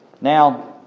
Now